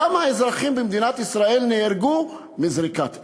כמה אזרחים במדינת ישראל נהרגו מזריקת אבן?